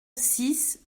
six